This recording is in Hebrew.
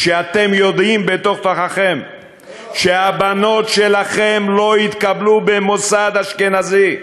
כשאתם יודעים בתוך תוככם שהבנות שלכם לא יתקבלו למוסד אשכנזי,